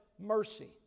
mercy